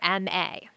MA